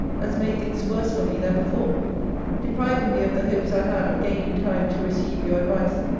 has made things worse for me than before depriving me of the hopes i had of gaining time to receive your advice,